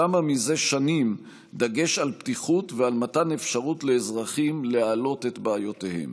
שמה זה שנים דגש על פתיחות ועל מתן אפשרות לאזרחים להעלות את בעיותיהם,